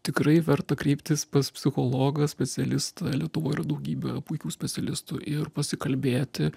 tikrai verta kreiptis pas psichologą specialistą lietuvoj yra daugybė puikių specialistų ir pasikalbėti